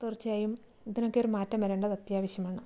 തീർച്ചയായും ഇതിനൊക്കെ ഒരു മാറ്റം വരേണ്ടത് അത്യാവശ്യമാണ്